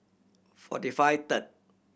forty five third